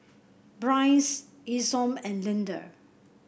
Bryce Isom and Lynda